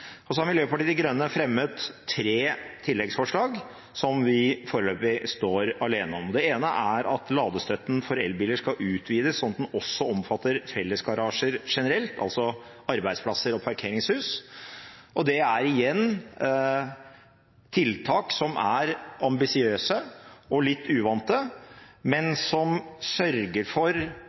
Miljøpartiet De Grønne har fremmet tre tilleggsforslag, som vi foreløpig står alene om. Det ene er at ladestøtten for elbiler skal utvides slik at den også omfatter fellesgarasjer generelt, altså arbeidsplasser og parkeringshus. Det er igjen tiltak som er ambisiøse og litt uvante, men som sørger for